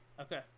Okay